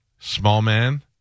Smallman